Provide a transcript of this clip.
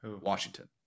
Washington